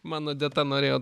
man odeta norėjo